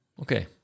Okay